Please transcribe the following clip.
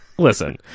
Listen